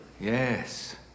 Yes